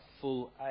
full